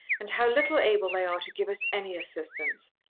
and how little able they are to give us any assistance.